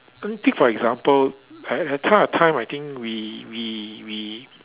think for example at that point of time we we we